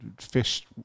fish